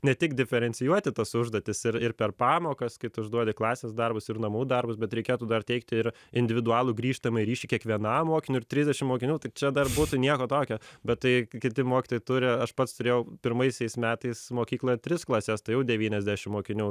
ne tik diferencijuoti tas užduotis ir ir per pamokas kai tu užduoti klasės darbus ir namų darbus bet reikėtų dar teikti ir individualų grįžtamąjį ryšį kiekvienam mokiniui ir trisdešim mokinių tai čia dar būtų nieko tokio bet tai kiti mokytojai turi aš pats turėjau pirmaisiais metais mokykloj tris klases tai jau devyniasdešim mokinių